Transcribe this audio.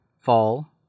fall